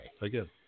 Again